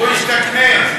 הוא השתכנז.